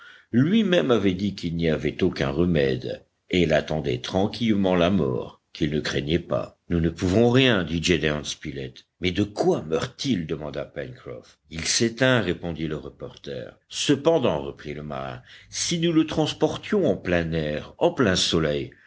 lui-même avait dit qu'il n'y avait aucun remède et il attendait tranquillement la mort qu'il ne craignait pas nous ne pouvons rien dit gédéon spilett mais de quoi meurt il demanda pencroff il s'éteint répondit le reporter cependant reprit le marin si nous le transportions en plein air en plein soleil